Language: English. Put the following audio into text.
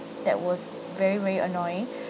that was very very annoying